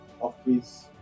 office